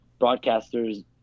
broadcasters